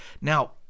Now